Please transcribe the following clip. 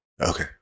Okay